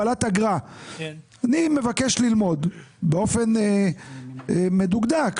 אני מבקש לדעת באופן מדוקדק,